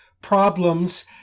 problems